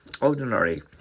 Ordinary